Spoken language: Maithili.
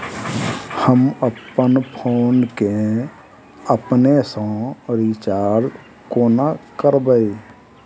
हम अप्पन फोन केँ अपने सँ रिचार्ज कोना करबै?